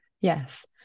Yes